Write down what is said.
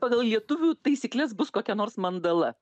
pagal lietuvių taisykles bus kokia nors mandala